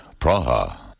Praha